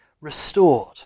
restored